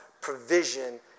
provision